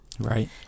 Right